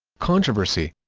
controversy